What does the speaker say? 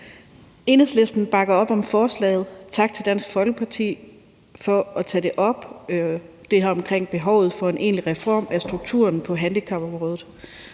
Enhedslisten bakker op om forslaget. Tak til Dansk Folkeparti for at tage behovet for en egentlig reform af strukturen på handicapområdet